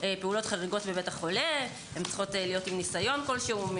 פעולות חריגות בבית החולה הן צריכות להיות עם ניסיון כלשהו.